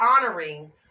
honoring